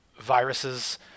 viruses